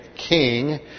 King